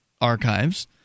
archives